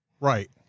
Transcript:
Right